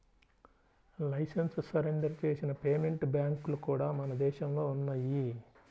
licence surrender చేసిన payment బ్యాంక్లు కూడా మన దేశంలో ఉన్నయ్యి